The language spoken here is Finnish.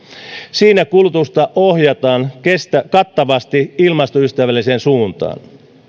siinä kulutusta ohjataan kattavasti ilmastoystävälliseen suuntaan